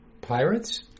Pirates